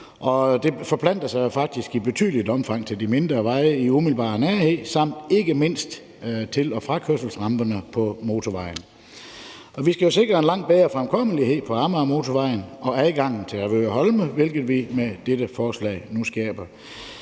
Det forplanter sig faktisk i betydeligt omfang til de mindre veje i umiddelbar nærhed samt ikke mindst til- og frakørselsramperne på motorvejen. Vi skal sikre en langt bedre fremkommelighed på Amagermotorvejen og adgang til Avedøre Holme, hvilket vi med dette forslag nu skaber.